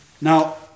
Now